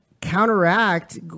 counteract